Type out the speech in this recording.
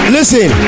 Listen